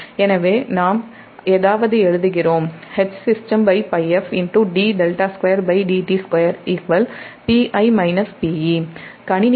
எனவே நாம் ஏதாவது எழுதுகிறோம் கணினி தளத்தில்